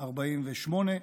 48,